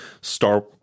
Star